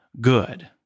good